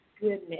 goodness